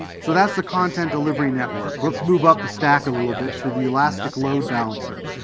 so that's the content-delivery network let's move up the stack a little bit to the elastic load balancer.